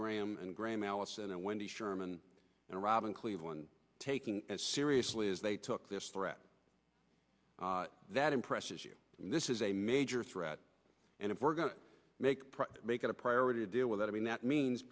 graham and graham allison and wendy sherman and robin cleveland taking as seriously as they took this threat that impresses you this is a major threat and if we're going to make make it a priority to deal with it i mean that means